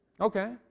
Okay